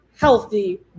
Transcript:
healthy